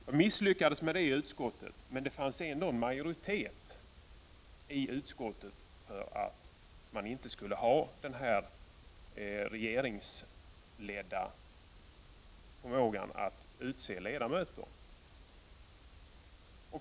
Jag misslyckades med det i utskottet, men det fanns ändå en majoritet i utskottet för att man inte skall ha denna regeringsledda förmån att utse ledamöter.